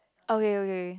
okay okay